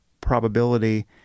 probability